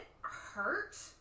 hurt